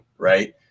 right